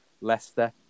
Leicester